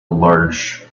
large